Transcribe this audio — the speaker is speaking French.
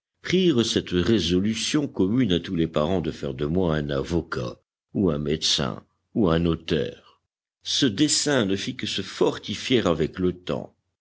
prirent cette résolution commune à tous les parents de faire de moi un avocat ou un médecin ou un notaire ce dessein ne fit que se fortifier avec le temps